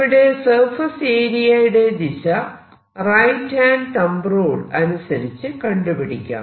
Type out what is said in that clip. ഇവിടെ സർഫേസ് ഏരിയയുടെ ദിശ റൈറ്റ് ഹാൻഡ് തംബ് റൂൾ അനുസരിച്ച് കണ്ടുപിടിക്കാം